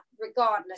regardless